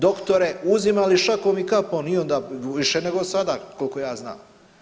Doktore uzimali šakom i kapom i onda više nego sada koliko ja znam.